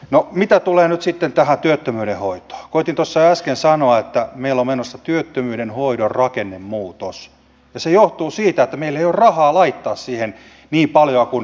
no mitä tulee nyt tähän työttömyyden hoitoon koetin jo tuossa äsken sanoa että meillä on menossa työttömyyden hoidon rakennemuutos ja se johtuu siitä että meillä ei ole rahaa laittaa siihen niin paljoa kuin